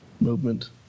movement